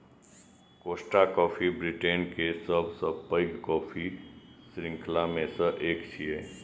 Costa coffee Britain के सबसं पैघ कॉफी शृंखला मे सं एक छियै